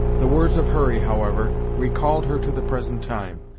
the words of hurry, however, recalled her to the present time,